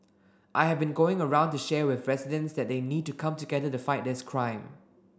I have been going around to share with residents that they need to come together to fight this crime